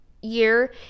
year